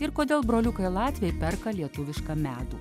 ir kodėl broliukai latviai perka lietuvišką medų